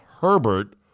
Herbert –